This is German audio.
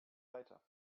weiter